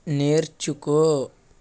నేర్చుకో